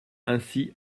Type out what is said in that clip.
ainsi